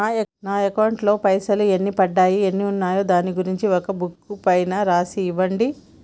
నా అకౌంట్ లో పైసలు ఎన్ని పడ్డాయి ఎన్ని ఉన్నాయో దాని గురించి ఒక బుక్కు పైన రాసి ఇవ్వండి?